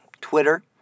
Twitter